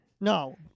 No